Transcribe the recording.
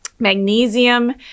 Magnesium